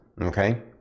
okay